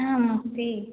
आं